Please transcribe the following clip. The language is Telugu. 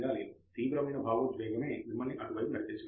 తీవ్రమైన భావోద్వేగమే మిమ్మల్ని అటువైపు నడిపించగలదు